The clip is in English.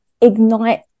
ignite